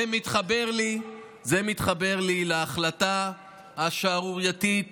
זה מתחבר לי להחלטה השערורייתית